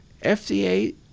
FDA